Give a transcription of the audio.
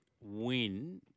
win